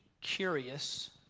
curious